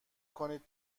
کنید